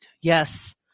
Yes